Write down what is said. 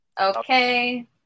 Okay